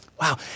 Wow